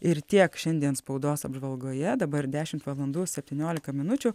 ir tiek šiandien spaudos apžvalgoje dabar dešimt valandų septyniolika minučių